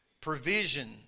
provision